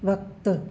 वक़्तु